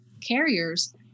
carriers